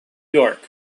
york